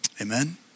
Amen